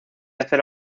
hacer